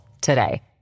today